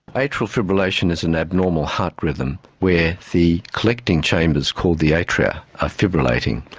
atrial fibrillation is an abnormal heart rhythm where the collecting chambers called the atria are fibrillating,